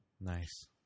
Nice